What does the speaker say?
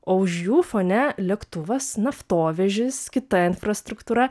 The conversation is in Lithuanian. o už jų fone lėktuvas naftovežis kita infrastruktūra